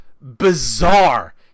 bizarre